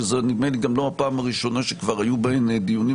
שזו נדמה לי גם לא הפעם הראשונה שכבר היו בהן דיונים,